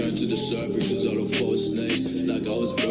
the services auto force next